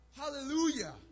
Hallelujah